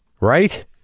right